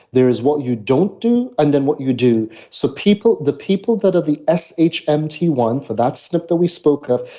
there is what you don't do and then what you do. so the people that are the s h m t one for that snip that we spoke of,